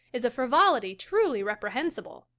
is a frivolity truly reprehensible.